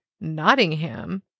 Nottingham